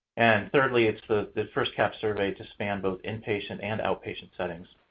and thirdly, it's the first cahps survey to span both inpatient and outpatient settings.